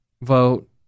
vote